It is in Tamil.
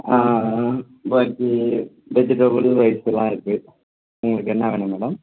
ஆ பாக்கி வெஜிடபிள் ரைஸெல்லாம் இருக்குது உங்களுக்கு என்ன வேணும் மேடம்